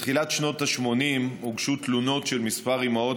בתחילת שנות ה-80 הוגשו תלונות של כמה אימהות